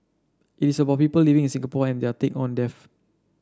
it is about people living in Singapore and their take on death